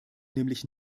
nämlich